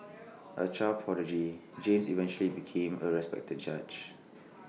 A child prodigy James eventually became A respected judge